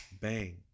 bang